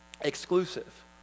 exclusive